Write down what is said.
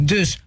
Dus